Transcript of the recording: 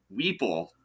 Weeple